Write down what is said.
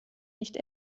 nicht